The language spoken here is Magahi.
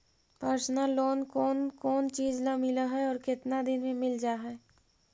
पर्सनल लोन कोन कोन चिज ल मिल है और केतना दिन में मिल जा है?